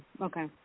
Okay